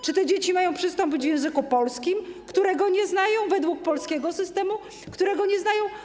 Czy te dzieci mają do nich przystąpić w języku polskim, którego nie znają, według polskiego systemu, którego nie znają?